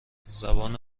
زبان